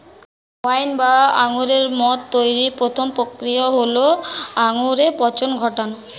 wine বা আঙুরের মদ তৈরির প্রথম প্রক্রিয়া হল আঙুরে পচন ঘটানো